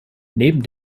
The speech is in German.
neben